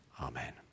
Amen